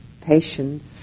Patience